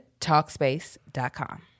Talkspace.com